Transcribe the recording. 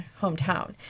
hometown